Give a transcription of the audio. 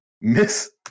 miss